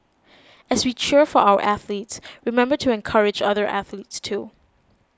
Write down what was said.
as we cheer for our athletes remember to encourage other athletes too